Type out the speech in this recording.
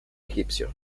egipcio